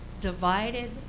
divided